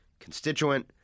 constituent